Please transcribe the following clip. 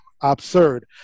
absurd